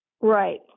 Right